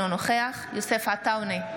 אינו נוכח יוסף עטאונה,